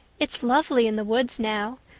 it's lovely in the woods now.